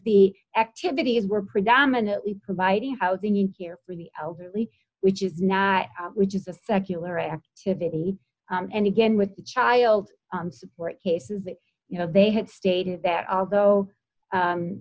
the activities were predominantly providing housing needs care for the elderly which is not which is a secular activity and again with the child support cases that you know they had stated that although